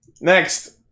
Next